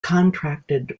contracted